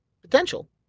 Potential